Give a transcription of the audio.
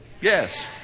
yes